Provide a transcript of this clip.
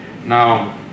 Now